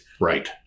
Right